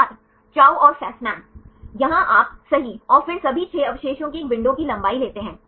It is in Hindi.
छात्र चाउ और फ़स्मान यहाँ आप सही और फिर सभी 6 अवशेषों की एक विंडो की लंबाई लेते हैं